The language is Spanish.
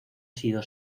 sido